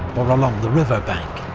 or along the river bank.